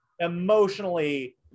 emotionally